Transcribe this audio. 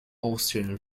austrian